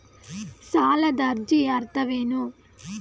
ಸಾಲದ ಅರ್ಜಿಯ ಅರ್ಥವೇನು?